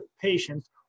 patients